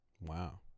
Wow